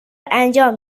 انجام